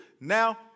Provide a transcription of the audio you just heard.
Now